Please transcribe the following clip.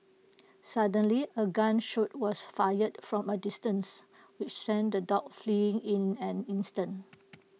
suddenly A gun shot was fired from A distance which sent the dogs fleeing in an instant